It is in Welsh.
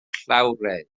llawrydd